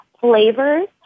flavors